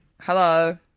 Hello